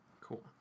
Cool